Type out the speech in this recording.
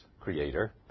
creator